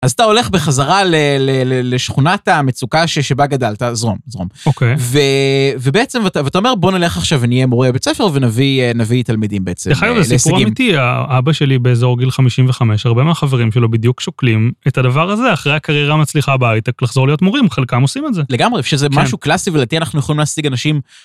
אז אתה הולך בחזרה לשכונת המצוקה שבה גדלת, זרום, זרום. אוקיי. ובעצם אתה אומר, בוא נלך עכשיו ונהיה מורה בית ספר ונביא תלמידים בעצם. דרך אגב זה סיפור אמיתי, אבא שלי באיזור גיל 55, הרבה מהחברים שלו בדיוק שוקלים את הדבר הזה, אחרי הקריירה המצליחה בהייטק, לחזור להיות מורים, חלקם עושים את זה. לגמרי, שזה משהו קלאסי ולדעתי אנחנו יכולים להשיג אנשים...